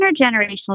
intergenerational